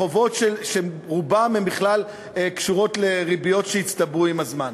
חובות שרובם בכלל קשורים לריביות שהצטברו עם הזמן.